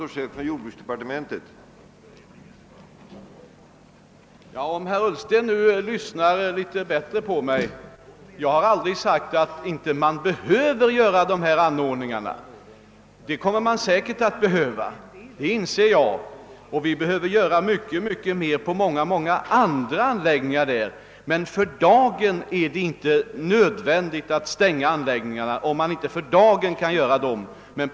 Herr talman! Om herr Ullsten hade lyssnat litet bättre på mig hade han märkt, att jag aldrig sagt att man inte behöver vidta de här åtgärderna. Jag inser att det säkert behövs, och det är också nödvändigt att göra mycket mer på många andra anläggningar. Men för dagen är man inte tvungen att stänga anläggningarna, även om åtgärder inte kan vidtas just nu.